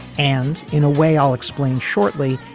and in a way i'll explain shortly.